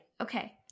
Okay